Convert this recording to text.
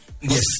yes